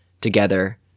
together